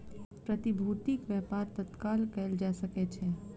प्रतिभूतिक व्यापार तत्काल कएल जा सकै छै